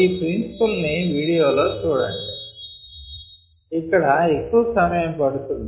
ఈ ప్రిన్సిపుల్ ని వీడియోలో చూడండి ఇక్కడ ఎక్కువ సమయం పడుతుంది